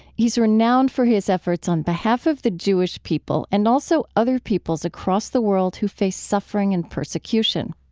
he's renowned for his efforts on behalf of the jewish people and also other peoples across the world who face suffering and persecution.